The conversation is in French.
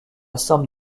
somme